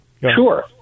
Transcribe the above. Sure